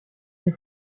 est